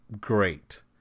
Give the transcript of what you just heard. great